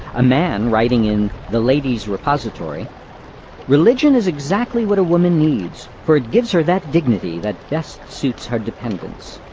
a man writing in the ladies' repository religion is exactly what a woman needs, for it gives her that dignity that bests suits her dependence.